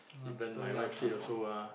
even my wife said also ah